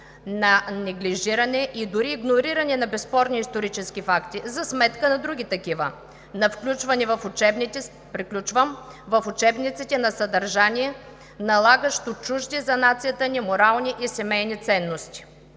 на неглижиране и дори игнориране на безспорни исторически факти за сметка на други такива, на включване на съдържание в учебниците, налагащо чужди за нацията ни морални и семейни ценности.